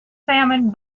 salman